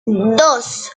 dos